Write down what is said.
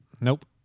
Nope